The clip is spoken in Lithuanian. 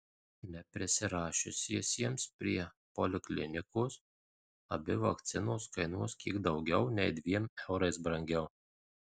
neprisirašiusiesiems prie poliklinikos abi vakcinos kainuos kiek daugiau nei dviem eurais brangiau